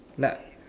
like